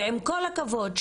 ועם כל הכבוד,